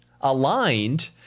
aligned